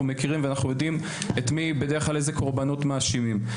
מכירים ואנחנו יודעים את מי בדרך כלל איזה קורבנות מאשימים.